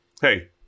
hey